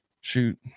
shoot